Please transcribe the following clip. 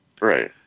right